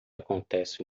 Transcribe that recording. acontece